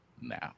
now